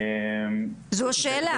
זו השאלה.